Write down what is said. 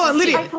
ah and leedia